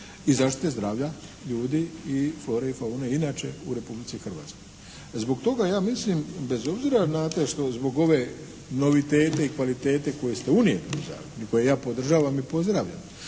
i zaštite zdravlja ljudi i flore i faune inače u Republici Hrvatskoj. Zbog toga ja mislim bez obzira … /Govornik se ne razumije./ … zbog ove novitete i kvalitete koje ste unijeli u zakon i koje ja podržavam i pozdravljam,